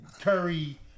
Curry